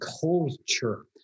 culture